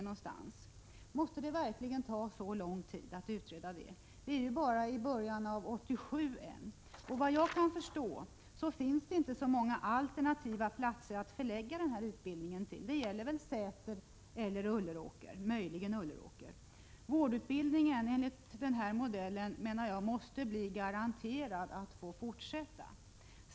Måste det verkligen ta så lång tid att utreda detta? Vi är ju nu bara i början av 1987, och såvitt jag förstår finns det inte så många alternativa platser att förlägga utbildningen till. Det gäller väl Säter eller möjligen Ulleråker. Vi måste enligt min mening få garantier för att vårdutbildningen enligt denna modell får fortsätta.